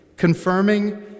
confirming